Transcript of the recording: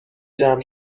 جمع